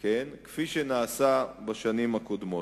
כפי שנעשה בשנים הקודמות.